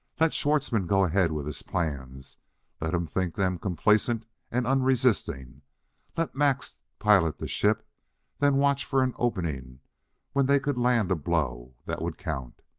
let schwartzmann go ahead with his plans let him think them complacent and unresisting let max pilot the ship then watch for an opening when they could land a blow that would count!